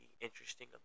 interesting